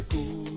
Cool